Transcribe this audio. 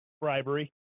Bribery